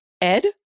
Ed